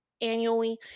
annually